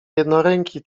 jednoręki